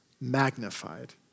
magnified